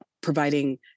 Providing